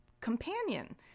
companion